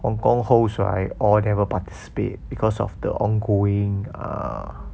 hong kong host right all never participate because of the ongoing uh